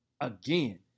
again